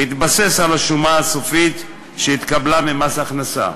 בהתבסס על השומה הסופית שהתקבלה במס הכנסה.